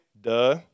duh